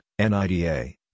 NIDA